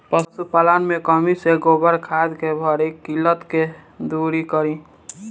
पशुपालन मे कमी से गोबर खाद के भारी किल्लत के दुरी करी?